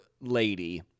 lady